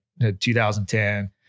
2010